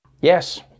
Yes